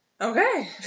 Okay